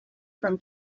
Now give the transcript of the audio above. from